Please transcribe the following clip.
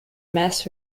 mass